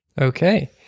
Okay